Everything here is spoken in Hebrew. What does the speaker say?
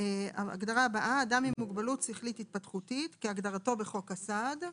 ״אדם עם מוגבלות שכלית־התפתחותית״ - כהגדרתו בחוק הסעד,